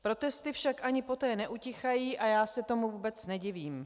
Protesty však ani poté neutichají a já se tomu vůbec nedivím.